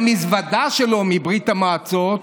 במזוודה שלו מברית המועצות,